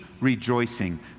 rejoicing